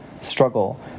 struggle